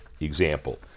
example